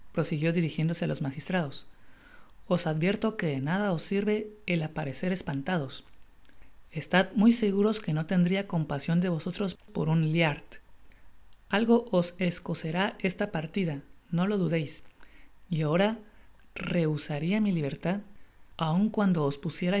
prosiguió dirijiéndose á los magistradosos advierto que de nada os sirve el aparecer espantados estad muy seguros que no tendria compasion de vosotros por un mari algo os escozerá esta partida no lo dudeis y ahora rehusaria mi libertad aun cuando os pusierais